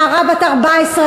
נערה בת 14,